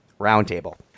roundtable